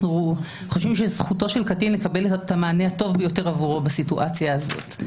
חושבים שזכותו של קטין לקבל את המענה הטוב ביותר עבורו בסיטואציה הזאת,